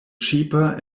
cheaper